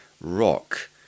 rock